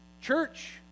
Church